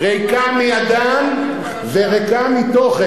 ריקה מאדם וריקה מתוכן.